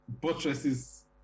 buttresses